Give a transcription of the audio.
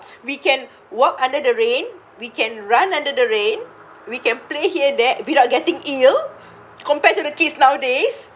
we can walk under the rain we can run under the rain we can play here that without getting ill compared to the kids nowadays